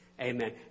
Amen